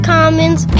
Commons